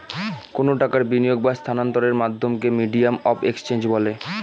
কোনো টাকার বিনিয়োগ বা স্থানান্তরের মাধ্যমকে মিডিয়াম অফ এক্সচেঞ্জ বলে